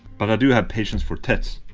but i do have patience for tits,